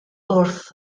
wrth